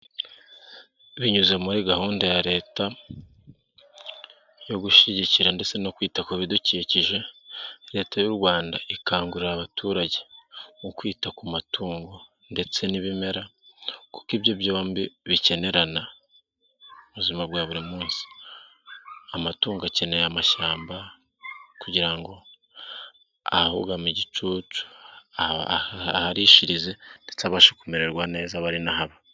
Binyuze muri gahunda ya leta yo gushyigikira ndetse no kwita ku bidukikije, leta y'u Rwanda ikangurira abaturage kwita ku matungo ndetse n'ibimera kuko ibyo byombi bikenerana ubuzima bwa buri munsi. Amatungo akeneye amashyamba kugira ngo ahugame igicucu, aharishirize ndetse abashe kumererwa neza.